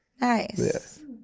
Nice